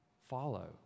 follow